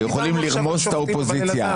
שיכולים לרמוס את האופוזיציה.